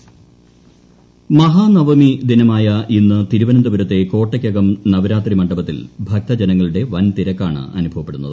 മഹാനവമി വിജയദശമി മഹാനവമി ദിനമായ ഇന്ന് തിരുവനന്തപുരത്തെ കോട്ടയ്ക്കകം നവരാത്രി മണ്ഡപത്തിൽ ഭക്തജനങ്ങളുടെ വൻതിരക്കാണ് അനുഭവപ്പെടുന്നത്